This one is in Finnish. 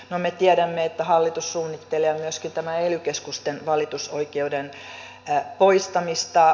no me tiedämme että hallitus suunnittelee myöskin tämän ely keskusten valitusoikeuden poistamista